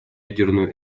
ядерную